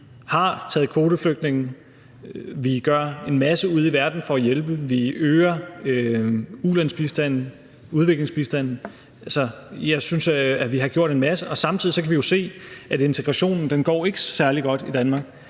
Vi har taget kvoteflygtninge. Vi gør en masse ude i verden for at hjælpe. Vi øger udviklingsbistanden. Jeg synes, vi har gjort en masse, og samtidig kan vi jo se, at integrationen ikke går særlig godt i Danmark.